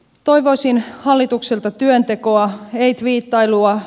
toivoisin hallitukselta työntekoa ei tviittailua